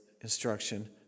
instruction